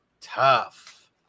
tough